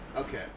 Okay